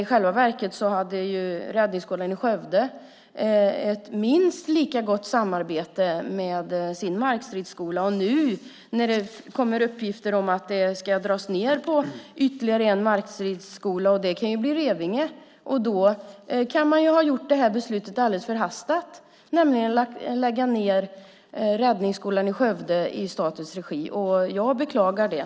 I själva verket hade räddningskåren i Skövde ett minst lika gott samarbete med sin markstridsskola. Nu kommer uppgifter om att det ska dras ned med ytterligare en markstridsskola. Det kan bli den i Revinge. Då kan man ha fattat beslutet förhastat om att lägga ned Räddningsskolan i Skövde i statens regi. Jag beklagar det.